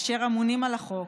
אשר אמונים על החוק.